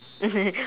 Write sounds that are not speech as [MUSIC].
[LAUGHS]